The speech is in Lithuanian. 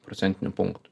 procentinių punktų